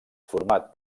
format